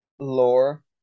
lore